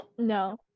no